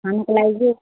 खानुको लागि